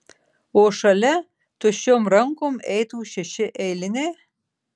o šalia tuščiom rankom eitų šeši eiliniai